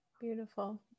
beautiful